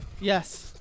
Yes